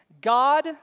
God